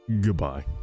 Goodbye